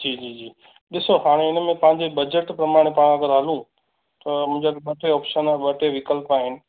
जी जी जी ॾिसो हाणे हिनमें तव्हांजे बजेट प्रमाणे पाण अगरि हलूं त मुंहिंजे वटि ॿ टे ऑपशन ॿ टे विकल्प आहिनि